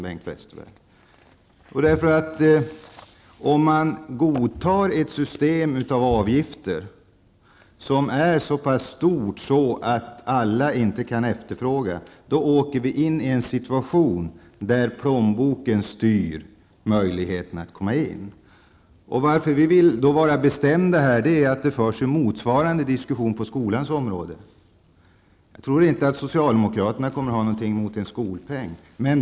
Jo, därför att om man godtar ett system med avgifter som är så pass höga att alla inte kan efterfråga tjänsterna, åker vi in i en situation där plånboken styr möjligheten att komma in. Anledningen till att vi vill vara bestämda är att motsvarande diskussion förs på skolans område. Jag tror inte att socialdemokraterna kommer att ha något emot en skolpeng.